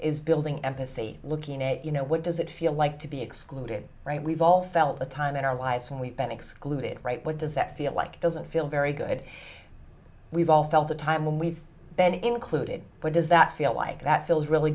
is building empathy looking at you know what does it feel like to be excluded right we've all felt the time in our lives and we've been excluded right what does that feel like doesn't feel very good we've all felt the time when we've been included what does that feel like that feels really